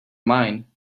mine